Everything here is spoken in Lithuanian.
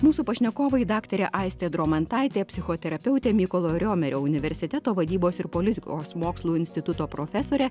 mūsų pašnekovai daktarė aistė dromantaitė psichoterapeutė mykolo riomerio universiteto vadybos ir politikos mokslų instituto profesorė